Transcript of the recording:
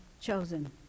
chosen